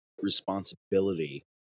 responsibility